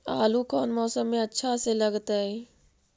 आलू कौन मौसम में अच्छा से लगतैई?